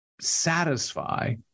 satisfy